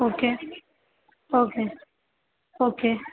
okay okay okay